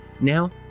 Now